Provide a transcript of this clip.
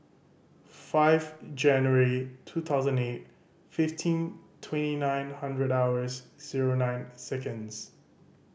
five January two thousand eight fifteen twenty nine hundred hours zero nine seconds